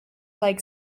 like